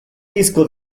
disco